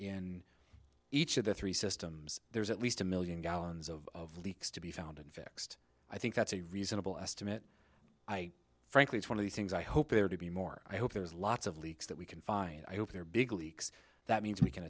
in each of the three systems there's at least a million gallons of leaks to be found and fixed i think that's a reasonable estimate i frankly it's one of the things i hope there to be more i hope there's lots of leaks that we can find i hope they're big leaks that means we can